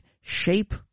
shape